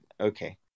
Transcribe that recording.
Okay